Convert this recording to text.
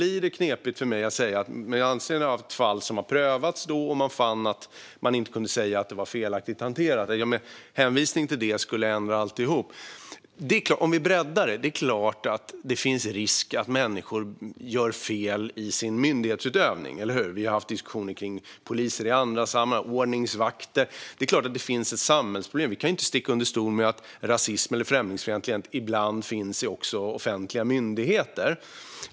I ett fall som har prövats och där man funnit att saken inte var felaktigt hanterad blir det knepigt för mig att med hänvisning till det ändra alltihop. Om vi breddar diskussionen är det klart att det finns risk för att människor gör fel i sin myndighetsutövning. Vi har haft diskussioner om poliser i andra sammanhang och om ordningsvakter. Det är klart att det finns ett samhällsproblem. Vi kan inte sticka under stol med att rasism eller främlingsfientlighet ibland finns också vid offentliga myndigheter.